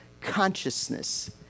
consciousness